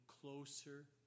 closer